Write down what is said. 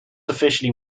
officially